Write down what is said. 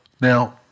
Now